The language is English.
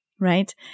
right